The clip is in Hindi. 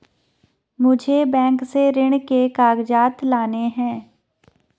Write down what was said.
मुझे बैंक से ऋण के कागजात लाने हैं